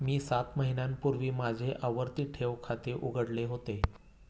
मी सात महिन्यांपूर्वी माझे आवर्ती ठेव खाते उघडले होते